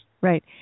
Right